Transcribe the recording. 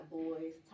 boys